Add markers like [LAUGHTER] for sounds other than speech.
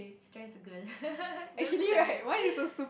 stress girl [LAUGHS] don't stress